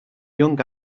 young